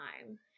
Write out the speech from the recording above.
time